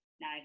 no